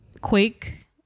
quake